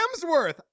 Hemsworth